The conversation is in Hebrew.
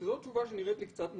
זו תשובה שנראית לי קצת מוזרה,